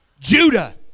Judah